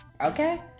okay